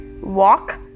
walk